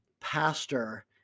pastor